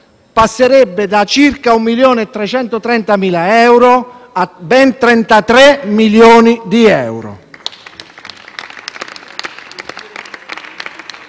passerebbe da circa 1.330.000 euro a ben 33 milioni di euro.